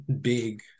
big